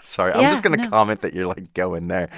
sorry. i was going to comment that you're, like, going there.